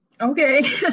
Okay